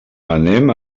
anem